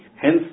Hence